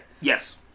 Yes